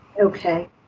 okay